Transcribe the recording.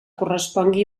correspongui